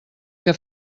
que